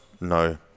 no